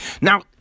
Now